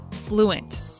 fluent